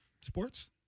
sports